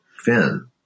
finn